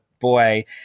boy